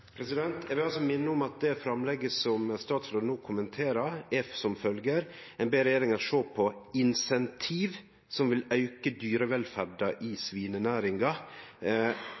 Eg vil minne om at det framlegget som statsråden no kommenterer, er som følgjer: Ein ber regjeringa sjå på «insentiver som vil øke dyrevelferden i